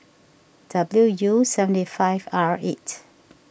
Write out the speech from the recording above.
W U seventy five R eight